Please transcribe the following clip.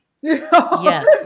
Yes